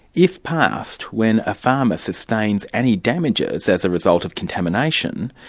if passed, when a farmer sustains any damages as a result of contamination,